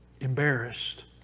embarrassed